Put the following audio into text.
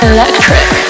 Electric